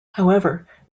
however